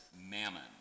mammon